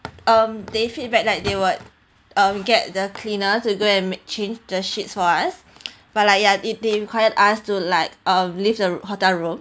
um they feedback like they would um get the cleaner to go and change the sheets for us but like ya it they require us to like uh leave uh the hotel room